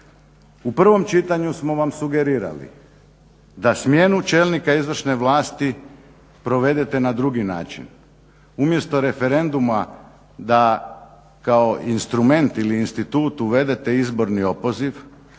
U prvom čitanju smo vam sugerirali da smjenu čelnika izvršne vlasti provedete na drugi način. Umjesto referenduma da kao instrument ili institut uvedete izborni opoziv,